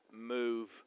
move